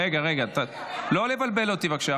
רגע, לא לבלבל אותי, בבקשה.